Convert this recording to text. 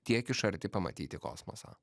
tiek iš arti pamatyti kosmosą